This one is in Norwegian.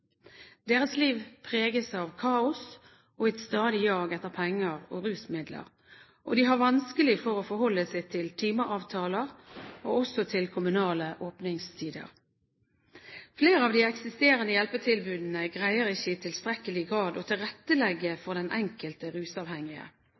Deres liv preges av kaos og et stadig jag etter penger og rusmidler, og de har vanskelig for å forholde seg til timeavtaler og kommunale åpningstider. Flere av de eksisterende hjelpetilbudene greier ikke i tilstrekkelig grad å tilrettelegge